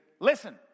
listen